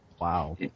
Wow